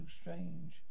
Strange